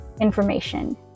information